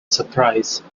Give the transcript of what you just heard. surprise